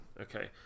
Okay